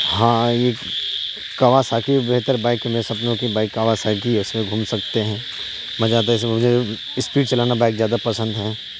ہاں یہ کاواساکی بہتر بائک ہے میرے سپنوں کی بائک کاواساکی ہے اس میں گھوم سکتے ہیں مزہ تو اس میں مجھے اسپیڈ چلانا بائک زیادہ پسند ہیں